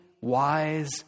wise